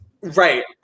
Right